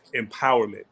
empowerment